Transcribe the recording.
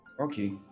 Okay